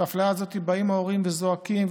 על האפליה הזאת באים ההורים וזועקים,